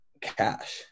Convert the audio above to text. cash